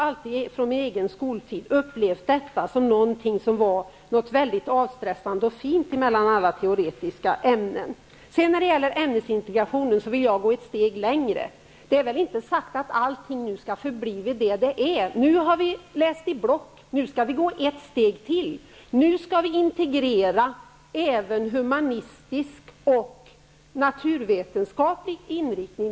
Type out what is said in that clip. Under min egen skoltid upplevde jag dessa ämnen som någonting avstressande och fint, som avbrott från alla teoretiska ämnen. Jag vill gå ett steg längre i fråga om ämnesintegrationen. Det är väl inte sagt att allting skall förbli vid det gamla. Hittills har det varit blockundervisning, men nu skall man gå ett steg till. Även humanistisk och naturvetenskaplig inriktning skall integreras.